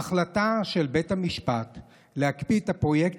ההחלטה של בית המשפט להקפיא את הפרויקט